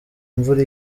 imvura